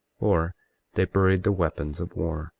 or they buried the weapons of war,